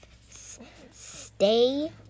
Stay